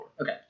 Okay